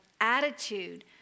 attitude